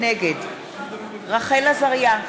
נגד רחל עזריה,